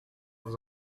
vous